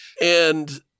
And-